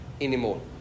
anymore